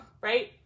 right